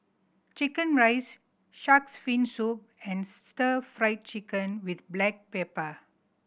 chicken rice Shark's Fin Soup and Stir Fried Chicken with black pepper